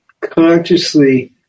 consciously